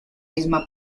misma